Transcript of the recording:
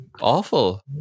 Awful